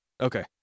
Okay